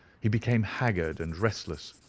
he became haggard and restless,